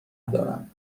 دارم